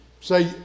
say